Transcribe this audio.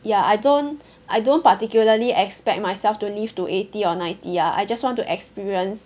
ya I don't I don't particularly expect myself to live to eighty or ninety ah I just want to experience